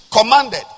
commanded